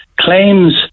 claims